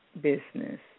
business